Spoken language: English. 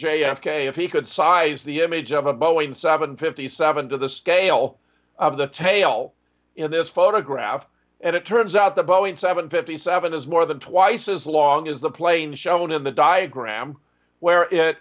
k if he could size the image of a boeing seven fifty seven to the scale of the tail in this photograph and it turns out the boeing seven fifty seven is more than twice as long as the plane shown in the diagram where it